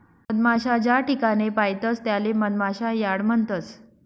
मधमाशा ज्याठिकाणे पायतस त्याले मधमाशा यार्ड म्हणतस